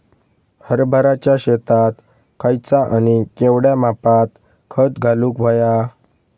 हरभराच्या शेतात खयचा आणि केवढया मापात खत घालुक व्हया?